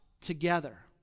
together